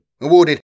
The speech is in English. awarded